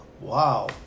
Wow